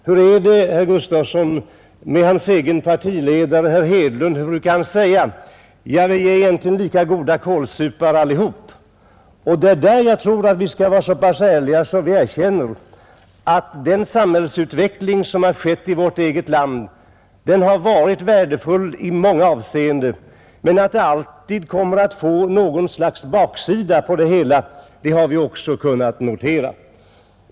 Hur brukar herr Gustavssons egen partiledare, herr Hedlund, säga: Vi är egentligen lika goda kålsupare allihop. Jag tror att vi skall vara så pass ärliga att vi erkänner att den samhällsutveckling som har skett i vårt eget land har varit värdefull i många avseenden, men att det också blivit något slags baksida på det hela har vi också kunnat notera.